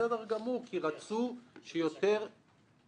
בסדר גמור כי רצו שיותר- -- הוא משקר.